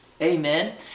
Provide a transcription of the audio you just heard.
Amen